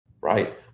right